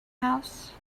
house